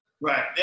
right